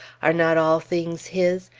are not all things his,